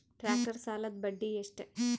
Tractor ಸಾಲದ್ದ ಬಡ್ಡಿ ಎಷ್ಟ?